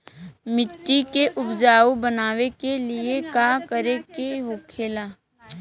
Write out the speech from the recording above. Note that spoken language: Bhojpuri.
मिट्टी के उपजाऊ बनाने के लिए का करके होखेला?